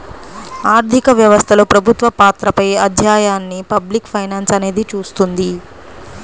ఆర్థిక వ్యవస్థలో ప్రభుత్వ పాత్రపై అధ్యయనాన్ని పబ్లిక్ ఫైనాన్స్ అనేది చూస్తుంది